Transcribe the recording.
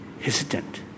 hesitant